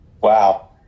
wow